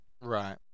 right